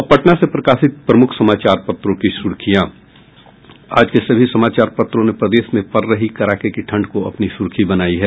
अब पटना से प्रकाशित प्रमुख समाचार पत्रों की सुर्खियां आज के सभी समाचार पत्रों ने प्रदेश में पड़ रही कड़ाके की ठंड को अपनी सुर्खी बनायी है